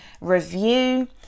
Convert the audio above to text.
review